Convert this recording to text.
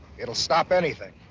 it'll stop anything.